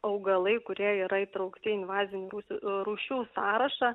augalai kurie yra įtraukti į invazinių rūšių rūšių sąrašą